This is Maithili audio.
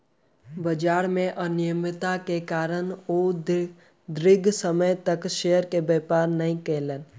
बजार में अनियमित्ता के कारणें ओ दीर्घ समय तक शेयर के व्यापार नै केलैन